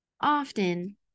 Often